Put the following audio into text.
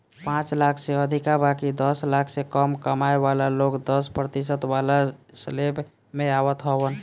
पांच लाख से अधिका बाकी दस लाख से कम कमाए वाला लोग दस प्रतिशत वाला स्लेब में आवत हवन